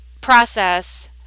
process